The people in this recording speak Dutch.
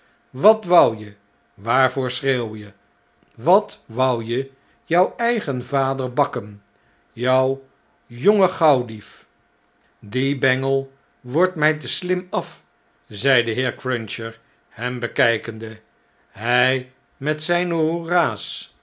wat wou je waarvoor schreeuw je wat wou je jou eigen vader bakkenjou jonge gauwdief die bengel wordt mij te slim af zei de heer cruncher hem bekykende hjj met zpe